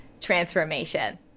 Transformation